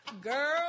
Girl